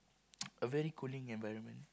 a very cooling environment